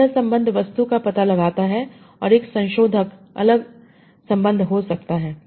तो यह संबंध वस्तु का पता लगाता है और एक संशोधक अलग संबंध हो सकता है